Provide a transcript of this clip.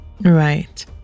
Right